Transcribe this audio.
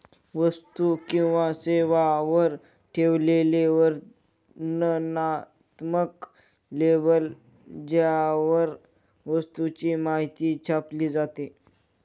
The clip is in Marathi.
वस्तू किंवा सेवांवर ठेवलेले वर्णनात्मक लेबल ज्यावर वस्तूची माहिती छापली जाते